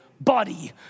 body